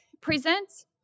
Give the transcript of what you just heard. presents